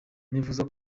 nifuza